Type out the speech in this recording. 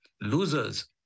losers